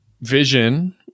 vision